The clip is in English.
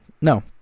No